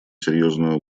серьезную